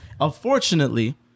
Unfortunately